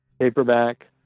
Paperback